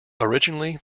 originally